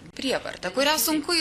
prievarta kurią sunku